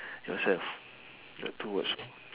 yourself your two words